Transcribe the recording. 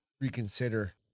reconsider